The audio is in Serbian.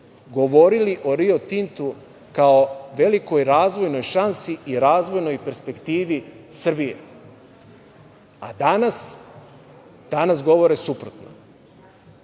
govorili o Rio Tintu kao velikoj razvojnoj šansi i razvojnoj perspektivi Srbije. A danas? Danas govore suprotno. Mi